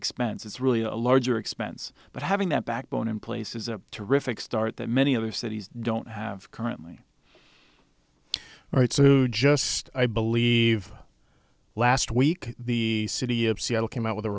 expense is really a larger expense but having that backbone in place is a terrific start that many other cities don't have currently all right so just i believe last week the city of seattle came out with a